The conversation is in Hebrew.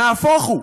נהפוך הוא,